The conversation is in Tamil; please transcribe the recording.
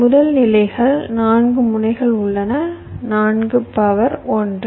முதல் நிலைகள் 4 முனைகள் உள்ளன 4 பவர் 1